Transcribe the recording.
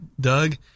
Doug